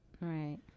Right